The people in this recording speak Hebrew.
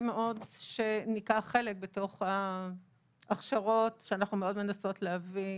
מאוד שניקח חלק בתוך ההכשרות שאנחנו מאוד מנסות להביא,